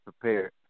prepared